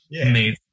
Amazing